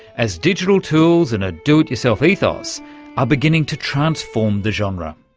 as digital tools and a do-it-yourself ethos are beginning to transform the genre.